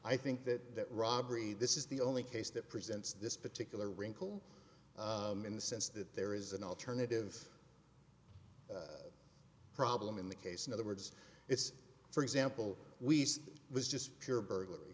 i think that robbery this is the only case that presents this particular wrinkle in the sense that there is an alternative problem in the case in other words it's for example we saw was just pure burglary